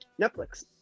Netflix